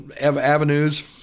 avenues